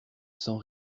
sans